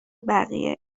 بقیه